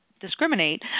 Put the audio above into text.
discriminate